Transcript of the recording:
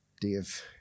Dave